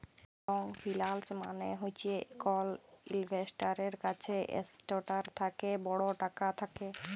long ফিল্যাল্স মালে হছে কল ইল্ভেস্টারের কাছে এসেটটার থ্যাকে বড় টাকা থ্যাকা